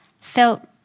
Felt